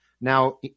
now